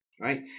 Right